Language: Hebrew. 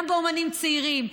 גם אומנים צעירים.